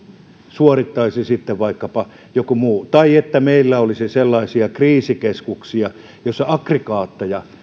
suorittaisi sitten vaikkapa joku muu tai että meillä olisi sellaisia kriisikeskuksia joissa aggregaatteja